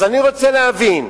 אז אני רוצה להבין,